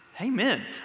Amen